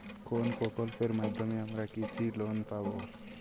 কোন প্রকল্পের মাধ্যমে আমরা কৃষি লোন পাবো?